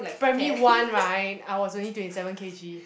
primary one right I was only twenty seven K_G